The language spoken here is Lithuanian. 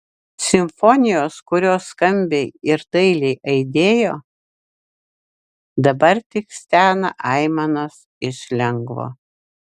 simfonijos kurios skambiai ir dailiai aidėjo dabar tik stena aimanos iš lengvo